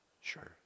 Sure